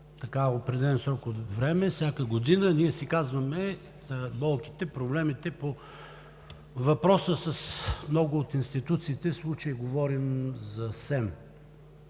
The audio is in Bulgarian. през определен срок от време – всяка година, ние си казваме болките, проблемите по въпроси на много от институциите, в случая говорим за СЕМ.